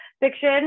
fiction